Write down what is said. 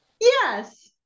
yes